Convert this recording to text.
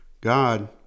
God